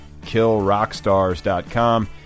killrockstars.com